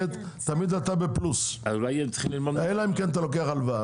תמיד אתה בפלוס אלא אם כן אתה לוקח הלוואה.